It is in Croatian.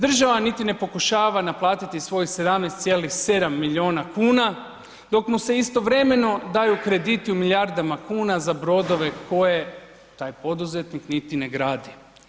Država niti ni pokušava naplatiti svojih 17,7 miliona kuna dok mu se istovremeno daju krediti u milijardama kuna za brodove koje taj poduzetnik niti ne gradi.